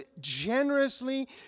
generously